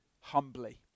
humbly